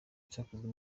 cyakozwe